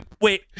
wait